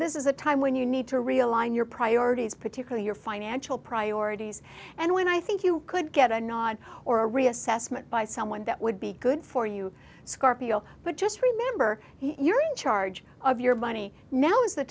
this is a time when you need to realign your priorities particularly your financial priorities and when i think you could get a nod or a reassessment by someone that would be good for you scorpio but just remember you're in charge of your money now is the